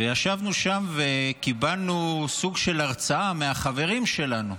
וישבנו שם וקיבלנו סוג של הרצאה מהחברים שלנו,